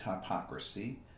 hypocrisy